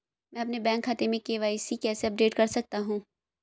मैं अपने बैंक खाते में के.वाई.सी कैसे अपडेट कर सकता हूँ?